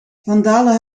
vandalen